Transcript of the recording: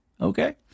Okay